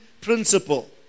principle